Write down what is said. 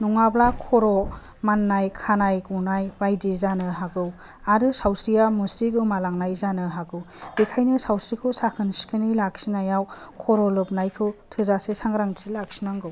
नङाब्ला खर' माननाय खानाय गनाय बायदि जानो हागौ आरो सावस्रिया मुस्रि गोमालांनाय जानो हागौ बेनिखायनो सावस्रिखौ साखोन सिखोनै लाखिनायाव खर' लोबनायखौ थोजासे सांग्रांथि लाखिनांगौ